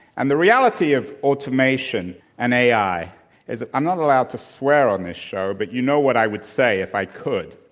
and the reality of automation and ai is i'm not allowed to swear on this show, but you know what i would say if i could.